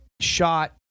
shot